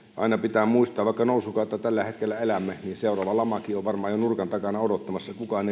aina pitää muistaa että vaikka nousukautta tällä hetkellä elämme niin seuraava lamakin on varmaan jo nurkan takana odottamassa kukaan